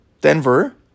Denver